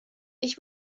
ich